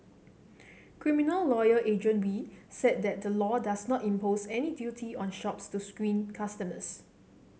criminal lawyer Adrian Wee said that the law does not impose any duty on shops to screen customers